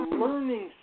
learning